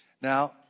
Now